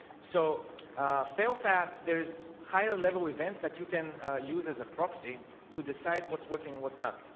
so fail fast there's higher level events that you can use as a proxy to decide. what's working. what's that?